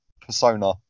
persona